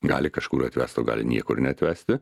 gali kažkur atvest o gali niekur neatvesti